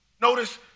Notice